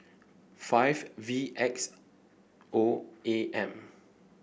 five V X O A M